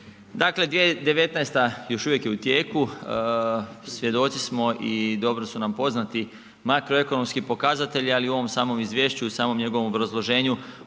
Dakle 2019. još uvijek je u tijeku, svjedoci smo i dobro su nam poznati makroekonomski pokazatelji ali u ovom samom izvješću, u samom njegovom obrazloženju